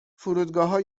فرودگاهها